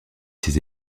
ses